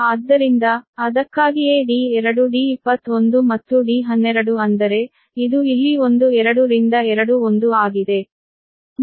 ಆದ್ದರಿಂದ ಅದಕ್ಕಾಗಿಯೇ D2 D21 ಮತ್ತು D12 ಅಂದರೆ ಇದು ಇಲ್ಲಿ 1 2 ರಿಂದ 2 1 ಆಗಿದೆ